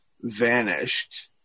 vanished